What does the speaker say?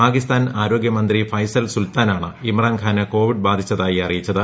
പാകിസ്ഥാൻ ആരോഗ്യമന്ത്രി ഫൈസൽ സുൽത്താനാണ് ഇമ്രാൻഖാന് കോവിഡ് ബാധിച്ചതായി അറിയിച്ചത്